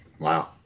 Wow